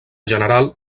general